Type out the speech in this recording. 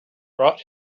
brought